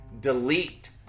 delete